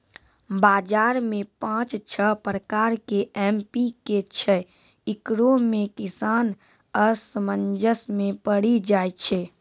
बाजार मे पाँच छह प्रकार के एम.पी.के छैय, इकरो मे किसान असमंजस मे पड़ी जाय छैय?